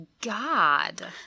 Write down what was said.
god